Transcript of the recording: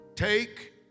Take